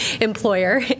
employer